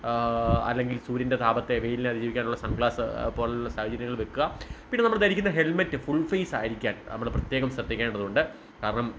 അല്ലെങ്കിൽ സൂര്യൻ്റെ താപത്തെ വെയിലിനെ അതിജീവിക്കാനുള്ള സൺഗ്ലാസ് പോലെയുള്ള സാഹചര്യങ്ങൾ വയ്ക്കുക പിന്നെ നമ്മൾ ധരിക്കുന്ന ഹെൽമെറ്റ് ഫുൾ ഫേസ് ആയിരിക്കാൻ നമ്മൾ പ്രത്യേകം ശ്രദ്ധിക്കേണ്ടതുണ്ട് കാരണം